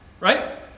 Right